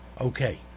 Okay